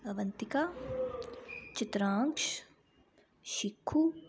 Avantika Chitranksh Shikhu